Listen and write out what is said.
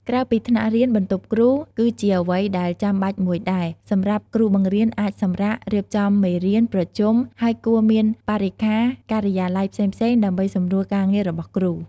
ក្រៅពីថ្នាក់រៀន បន្ទប់គ្រូ គឺជាអ្វីដែលចាំបាច់មួយដែរ សម្រាប់គ្រូបង្រៀនអាចសម្រាក រៀបចំមេរៀន ប្រជុំ ហើយគួរមានបរិក្ខារការិយាល័យផ្សេងៗដើម្បីសំរួលការងាររបស់គ្រូ។